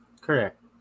correct